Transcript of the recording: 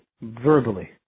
verbally